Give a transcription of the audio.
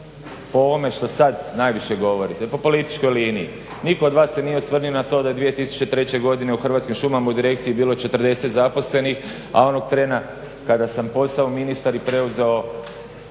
Po ovome što sada najviše govorite i po političkoj liniji, nitko od vas se nije osvrnuo na to da je 2003. godine u Hrvatskim šumama u direkciji bilo 40 zaposlenih a onog trena kada sam postao ministar i preuzeo